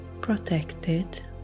protected